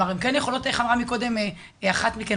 כלומר, איך אמרה קודם אחת מכן?